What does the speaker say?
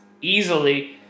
easily